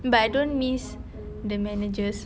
but I don't miss the managers